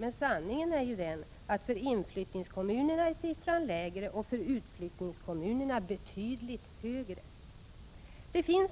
Men sanningen är ju den att för inflyttningskommunerna är siffran lägre och för utflyttningskommunerna betydligt högre.